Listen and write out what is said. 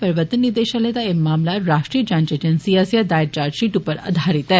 प्रवक्ता निदेषालय दा एह मामला राश्ट्रीय जांच एजेंसी आस्सेआ दायर चार्ज षीट उप्पर आधारित ऐ